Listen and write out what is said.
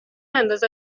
انداز